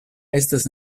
estis